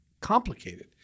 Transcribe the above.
complicated